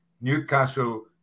Newcastle